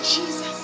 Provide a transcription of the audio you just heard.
Jesus